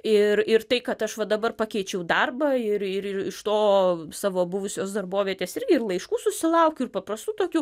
ir ir tai kad aš va dabar pakeičiau darbą ir ir iš to savo buvusios darbovietės irgi ir laiškų susilaukiu ir paprastai tokių